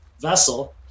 vessel